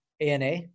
ANA